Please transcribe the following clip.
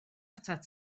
atat